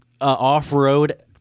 off-road